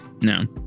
no